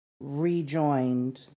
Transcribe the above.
rejoined